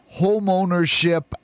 homeownership